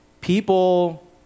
people